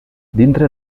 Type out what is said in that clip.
dintre